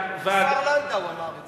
השר לנדאו אמר את זה.